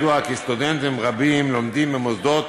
"ידוע כי סטודנטים רבים לומדים במוסדות